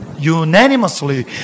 Unanimously